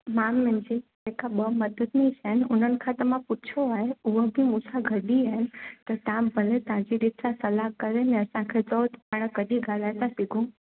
मां मुंहिंजी हिक ॿ मददि आहिनि उन्हनि खां त मां पुछियो आहे उअ बि मूंसां गॾु ई आहिनि त तव्हां भले तव्हांजी ॾिठु सां सलाहु करे न असांखे चओ पाण कॾहिं ॻाल्हाइ था सघूं